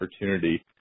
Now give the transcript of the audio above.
opportunity